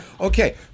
Okay